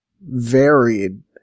varied